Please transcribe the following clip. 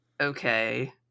okay